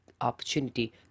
opportunity